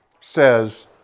says